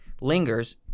lingers